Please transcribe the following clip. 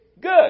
good